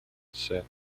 sete